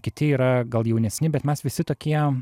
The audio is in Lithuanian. kiti yra gal jaunesni bet mes visi tokie